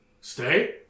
stay